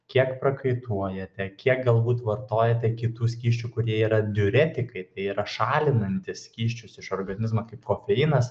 kiek prakaituojate kiek galbūt vartojate kitų skysčių kurie yra diuretikai tai yra šalinantys skysčius iš organizmo kaip kofeinas